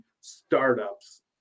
Startups